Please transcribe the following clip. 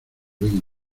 bingo